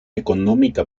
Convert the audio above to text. económica